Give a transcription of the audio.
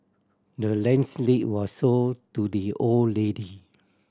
the land's lead was sold to the old lady